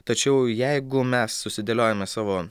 tačiau jeigu mes susidėliojame savo